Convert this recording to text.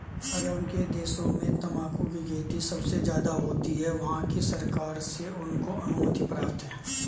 अरब के देशों में तंबाकू की खेती सबसे ज्यादा होती है वहाँ की सरकार से उनको अनुमति प्राप्त है